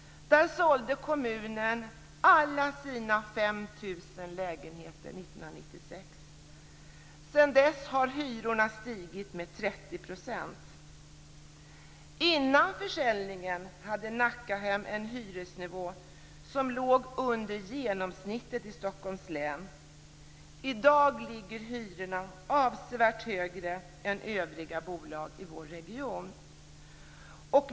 Där sålde kommunen alla 5 000 lägenheterna 1996. Sedan dess har hyrorna stigit med dag ligger hyrorna avsevärt högre än övriga bolag i vår region.